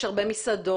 יש הרבה מסעדות,